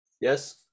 Yes